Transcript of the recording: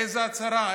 איזו הצהרה?